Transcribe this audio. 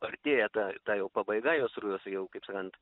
artėja ta ta jau pabaiga jos rujos jau kaip sakant